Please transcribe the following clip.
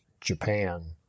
Japan